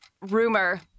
rumor